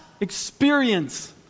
experience